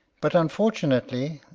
but, unfortunately,